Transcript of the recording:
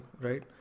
right